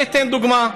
אני אתן דוגמה.